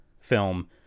film